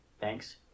Thanks